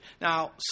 Now